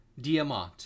Diamant